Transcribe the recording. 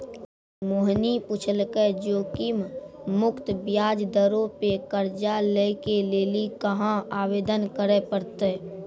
मोहिनी पुछलकै जोखिम मुक्त ब्याज दरो पे कर्जा लै के लेली कहाँ आवेदन करे पड़तै?